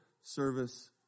service